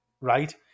right